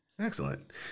Excellent